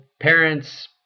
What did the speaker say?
parents